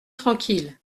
tranquille